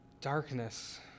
darkness